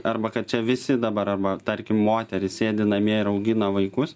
arba kad čia visi dabar arba tarkim moteris sėdi namie ir augina vaikus